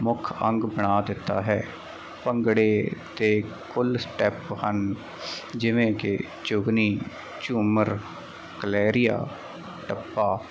ਮੁੱਖ ਅੰਗ ਬਣਾ ਦਿੱਤਾ ਹੈ ਭੰਗੜੇ ਦੇ ਕੁੱਲ ਸਟੈਪ ਹਨ ਜਿਵੇਂ ਕਿ ਜੁਗਨੀ ਝੂਮਰ ਕਲੈਰੀਆ ਟੱਪਾ